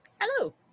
Hello